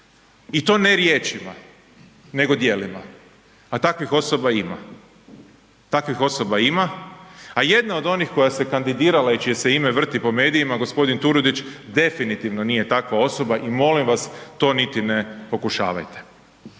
i to ne riječima nego djelima, a takvih osoba ima, takvih osoba ima, a jedna od onih koja se kandidirala i čije se ime vrti po medijima, g. Turudić definitivno nije takva osoba i molim vas to niti ne pokušavajte.